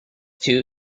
too